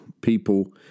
people